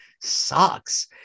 sucks